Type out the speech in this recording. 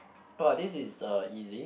!wah! this is uh easy